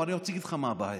אני רוצה להגיד לך מה הבעיה,